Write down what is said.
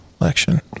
election